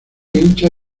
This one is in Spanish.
hincha